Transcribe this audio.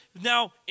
Now